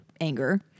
anger